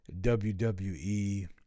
WWE